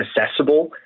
accessible